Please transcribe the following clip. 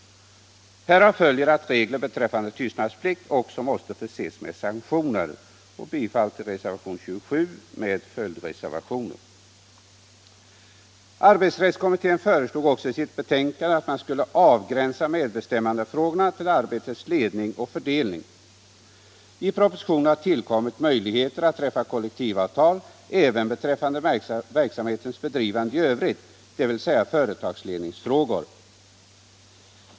Härav följer att regler beträffande tystnadsplikt också måste förses med sanktioner. Jag yrkar bifall till reservationen 27 med följdreservationer. Arbetsrättskommittén föreslog också i sitt betänkande att man skulle avgränsa medbestämmandefrågorna till arbetets ledning och fördelning. I propositionen har tillkommit möjligheter att träffa kollektivavtal även beträffande verksamhetens bedrivande i övrigt, dvs. företagsledningsfrågor.